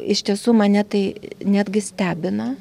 iš tiesų mane tai netgi stebina